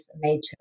nature